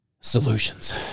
solutions